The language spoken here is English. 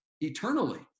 eternally